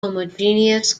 homogeneous